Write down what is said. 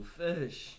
fish